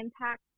impact